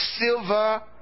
silver